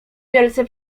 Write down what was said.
wielce